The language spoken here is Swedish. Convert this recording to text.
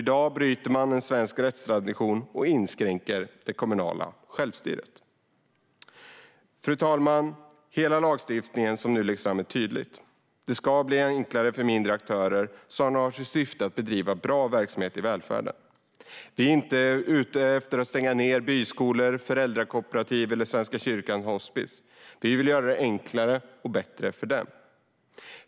I dag bryter man en svensk rättstradition och inskränker det kommunala självstyret. Fru talman! Hela lagstiftningen som nu läggs fram är tydlig. Det ska bli enklare för mindre aktörer som har som syfte att bedriva bra verksamhet i välfärden. Vi är inte ute efter att stänga ned några byskolor, föräldrakooperativ eller Svenska kyrkans hospis. Vi vill göra det enklare och bättre för dem.